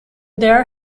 there